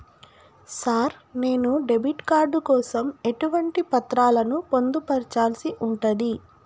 Sir నేను debit card కోసం ఎటువంటి పత్రాలను పొందుపర్చాల్సి ఉంటది?